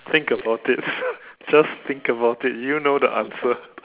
think about it just think about it you know the answer